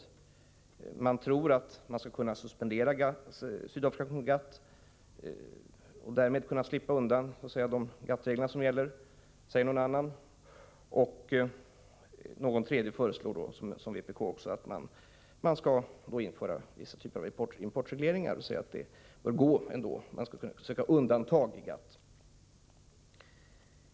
Någon annan tror att man skall kunna suspendera Sydafrika från GATT och därmed slippa de GATT-regler som gäller. Ytterligare någon föreslår, liksom vpk, att det skall införas vissa typer av importregleringar, att det bör gå att söka undantag i GATT.